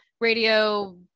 radio